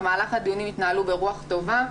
במהלך הדיונים הם התקיימו ברוח טובה,